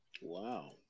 Wow